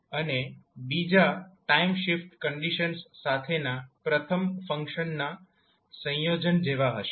અને બીજા time shift conditions સાથેના પ્રથમ ફંક્શનના સંયોજન જેવા હશે